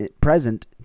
present